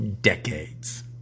decades